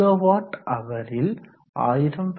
kilo watt ஹவரில் 1000×9